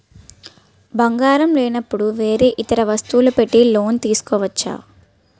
బంగారం లేనపుడు వేరే ఇతర వస్తువులు పెట్టి లోన్ తీసుకోవచ్చా?